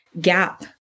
gap